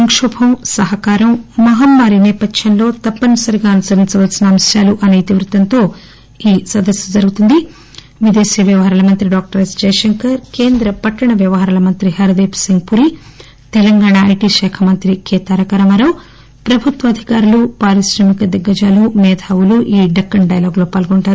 సంకోభం సహకారం మహమ్మారి నేపథ్యంలో తప్పనిసరిగా అనుసరించవలసిన అంశాలు అసే ఇతివృత్తంతో ఈ సదస్సు జరుగుతుంది విదేశీ వ్యవహారాల మంత్రి డాక్టర్ ఎస్ జైశంకర్ కేంద్ర పట్టణ వ్యవహారాల మంత్రి హర్దీప్ సింగ్ పురి తెలంగాణ ఐటిశాఖ మంత్రి కెతారకరామారావు ప్రభుత్వాధికారులు పారిశ్రామిక దిగ్గజాలు మేధావులు ఈ దక్కన్ డైలాగులు పాల్గొంటారు